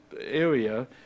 area